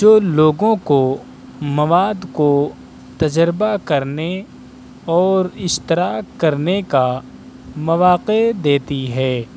جو لوگوں کو مواد کو تجربہ کرنے اور اشتراک کرنے کا مواقع دیتی ہے